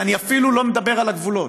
ואני אפילו לא מדבר על הגבולות.